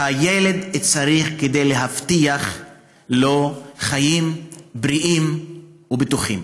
שהילד צריך כדי להבטיח לו חיים בריאים ובטוחים.